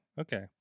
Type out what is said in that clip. okay